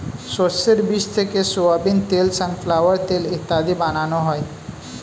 শস্যের বীজ থেকে সোয়াবিন তেল, সানফ্লাওয়ার তেল ইত্যাদি বানানো হয়